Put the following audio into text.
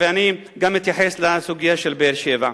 ואני גם אתייחס לסוגיה של באר-שבע.